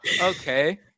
Okay